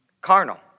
Carnal